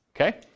okay